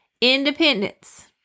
Independence